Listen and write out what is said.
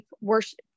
worship